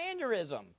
aneurysm